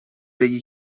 بگی